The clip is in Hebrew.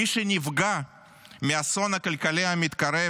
מי שנפגע מהאסון הכלכלי המתקרב